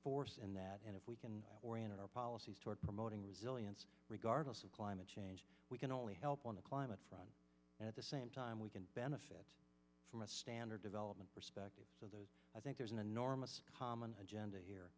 force in that and if we can orient our policies toward promoting resilience regardless of climate change we can only help on the climate front at the same time we can benefit from a standard development perspective so those i think there's an enormous common agenda here